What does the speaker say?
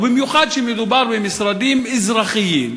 ובמיוחד כשמדובר במשרדים אזרחיים,